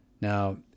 Now